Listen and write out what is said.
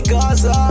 Gaza